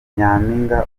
nyampinga